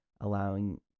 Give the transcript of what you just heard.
allowing